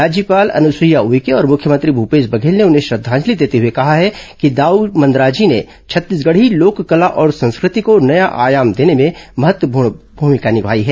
राज्यपाल अनुसईया उइके और मुख्यमंत्री भूपेश बघेल ने उन्हें श्रद्वांजलि देते हुए कहा है कि दाऊ मंदराजी ने छत्तीसगढ़ी लोक कला और संस्कृति को नया आयाम देने में महत्वपूर्ण भूमिका निर्माई हैं